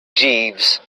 jeeves